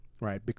right